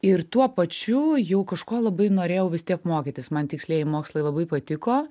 ir tuo pačiu jau kažko labai norėjau vis tiek mokytis man tikslieji mokslai labai patiko